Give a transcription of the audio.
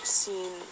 seen